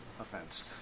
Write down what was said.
offense